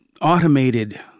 automated